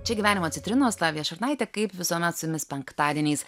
čia gyvenimo citrinos lavija šurnaitė kaip visuomet su jumis penktadieniais